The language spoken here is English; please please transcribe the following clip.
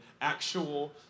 actual